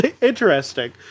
interesting